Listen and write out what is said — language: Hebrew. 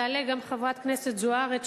תעלה גם חברת הכנסת זוארץ,